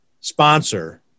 sponsor